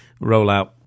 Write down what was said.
rollout